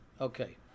Okay